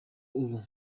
ubu